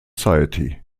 society